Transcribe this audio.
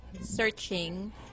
searching